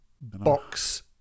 Box